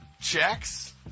Checks